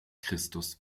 christus